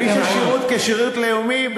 מי ששירת שירות לאומי,